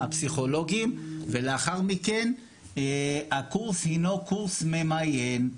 הפסיכולוגים ולאחר מכן הקורס הינו קורס ממיין.